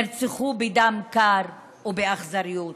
נרצחו בדם קר ובאכזריות.